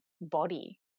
body